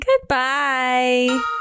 Goodbye